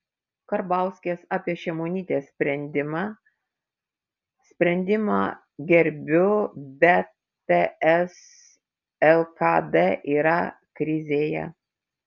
karbauskis apie šimonytės sprendimą sprendimą gerbiu bet ts lkd yra krizėje